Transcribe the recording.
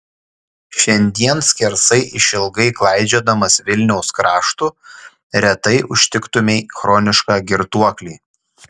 šiandien skersai išilgai klaidžiodamas vilniaus kraštu retai užtiktumei chronišką girtuoklį